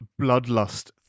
bloodlust